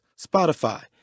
Spotify